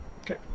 okay